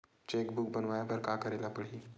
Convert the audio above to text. Cheque book बनवाय बर का करे ल पड़हि?